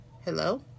Hello